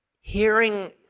Hearing